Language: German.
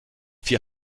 vier